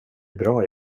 bra